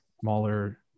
smaller